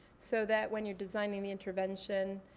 so that when you're designing the intervention,